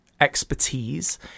expertise